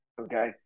Okay